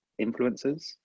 influencers